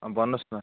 भन्नुहोस् न